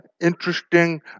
interesting